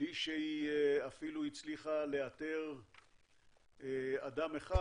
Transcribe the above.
בלי שהיא אפילו הצליחה לאתר אדם אחד,